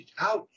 Ouch